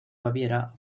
baviera